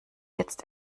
jetzt